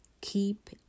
keep